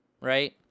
right